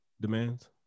demands